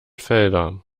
felder